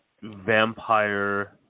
vampire